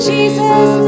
Jesus